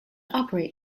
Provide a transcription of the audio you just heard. operate